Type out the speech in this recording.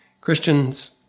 Christians